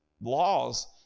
Laws